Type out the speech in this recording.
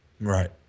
Right